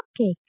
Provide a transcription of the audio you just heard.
cupcake